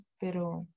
pero